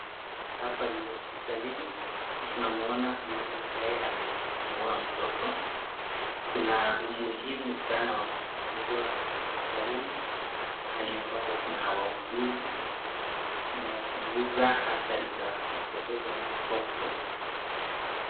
Hapa ni hosiptalini, tunamuona mama ambaye amejifungua mtoto. Kuna umuhimu sana wa kujifungua hosiptalini mahali ambapo kuna wauguzi. Inapunguza hatari za kumpoteza mtoto.